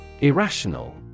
Irrational